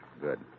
Good